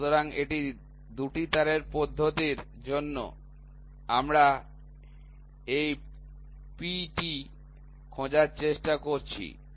সুতরাং এটি ২ টি তারের পদ্ধতির জন্য আমরা এই P টি খোজার চেষ্টা করছি